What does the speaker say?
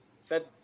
set